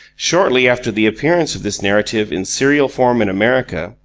shortly after the appearance of this narrative in serial form in america,